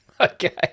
Okay